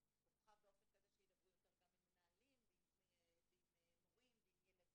תורחב באופן כזה שידברו יותר גם עם מנהלים ועם מורים ועם ילדים.